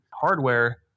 hardware